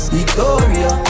Victoria